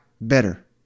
better